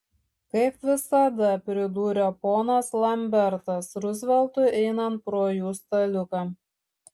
kaip visada pridūrė ponas lambertas ruzveltui einant pro jų staliuką